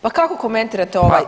Pa kako komentirate ovaj